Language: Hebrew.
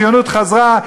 שהציוניות חזרה.